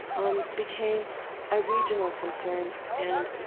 um became a regional concern. and,